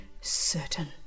certain